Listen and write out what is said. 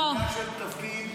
עניין של תפקיד --- לא,